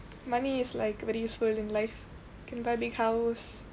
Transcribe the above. money is like very swell in life can buy big house